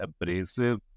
abrasive